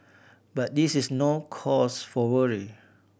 but this is no cause for worry